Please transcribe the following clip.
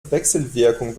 wechselwirkung